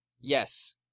Yes